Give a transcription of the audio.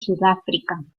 sudáfrica